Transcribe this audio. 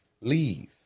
leave